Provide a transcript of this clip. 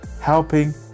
helping